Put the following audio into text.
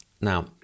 Now